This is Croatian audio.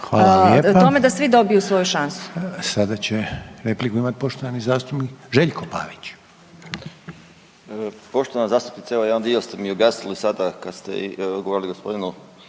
Hvala lijepa. Sada će repliku imat poštovani zastupnik Željko Pavić. **Pavić, Željko (SDP)** Poštovana zastupnice, evo jedan dio ste mi objasnili sada kad ste govorili g. Paviću